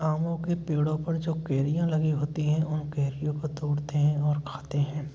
आमों के पेड़ों पर जो कैरियाँ लगी होती हैं उन कैरियों को तोड़ते हैं और खाते हैं